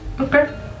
Okay